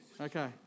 Okay